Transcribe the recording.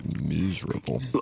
miserable